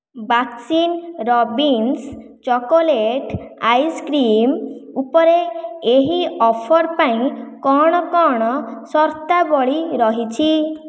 Baskin Robbins chocolate ice cream ଉପରେ ଏହି offer ପାଇଁ କ'ଣ କ'ଣ ସର୍ତ୍ତାବଳୀ ରହିଛି